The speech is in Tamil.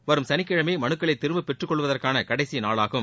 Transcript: வரும் சனிக்கிழமை மனுக்களை திரும்ப பெற்றுக்கொள்வதற்கு கடைசிநாளாகும்